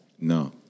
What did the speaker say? No